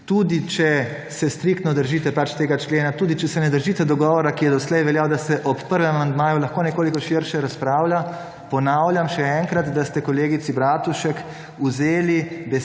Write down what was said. Tudi če se striktno držite pač tega člena, tudi če se ne držite dogovora, ki je doslej veljal, da se ob prvem amandmaju lahko nekoliko širše razpravlja ponavljam še enkrat, da ste kolegici Bratušek vzeli